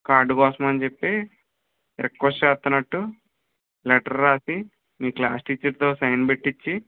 card కోసం అని చెప్పి రిక్వెస్ట్ చేస్తునట్టు లెటర్ రాసి మీ క్లాస్ టీచర్తో సైన్ పెట్టించి